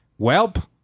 welp